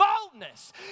boldness